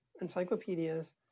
encyclopedias